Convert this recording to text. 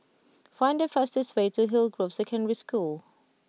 find the fastest way to Hillgrove Secondary School